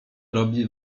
robi